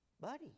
Buddy